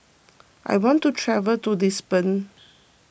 I want to travel to Lisbon